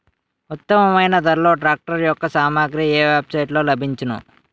ఉత్తమమైన ధరలో ట్రాక్టర్ యెక్క సామాగ్రి ఏ వెబ్ సైట్ లో లభించును?